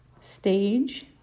stage